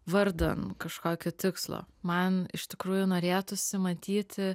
vardan kažkokio tikslo man iš tikrųjų norėtųsi matyti